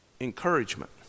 encouragement